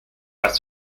pas